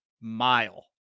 mile